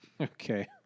Okay